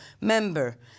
member